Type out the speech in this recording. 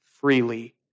freely